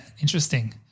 Interesting